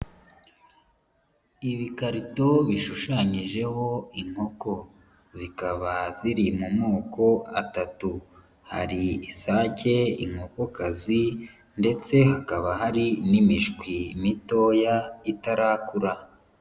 Ibikarito bishushanyijeho inkoko zikaba ziri mu moko atatu hari isake, inkokokazi ndetse hakaba hari n'imishwi mitoya itarakura.